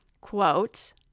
quote